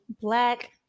Black